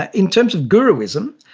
ah in terms of guruism,